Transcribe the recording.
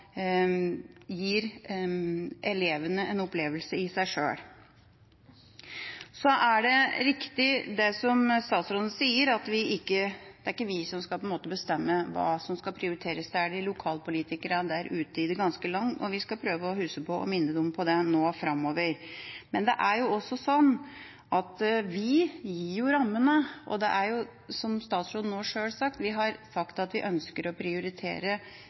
gir elevene en opplevelse i seg sjøl. Så er det riktig som statsråden sier, at det ikke er vi som skal bestemme hva som skal prioriteres. Det skal lokalpolitikerne der ute i det ganske land, og vi skal prøve å huske på å minne dem om det framover. Men det er også sånn at vi gir rammene, og som statsråden også har sagt, ønsker vi å prioritere basisfagene, som det heter. Da gir vi et signal til de lokale folkevalgte og til skoleeierne der ute om at